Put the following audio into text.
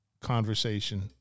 conversation